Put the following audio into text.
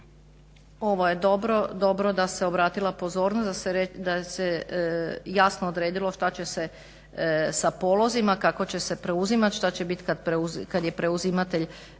ovo je dobro da se obratila pozornost da se jasno odredilo šta će se sa polozima, kako će se preuzimati, šta će biti kada je preuzimatelj